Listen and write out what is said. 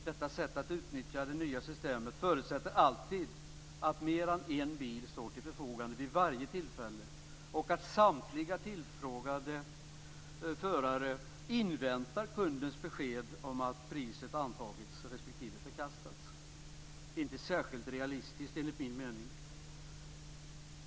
Detta sätt att utnyttja det nya systemet förutsätter alltid att mer än en bil står till förfogande vid varje tillfälle och att samtliga tillfrågade förare inväntar kundens besked om att priset har antagits respektive förkastats. Det är inte särskilt realistiskt enligt min mening.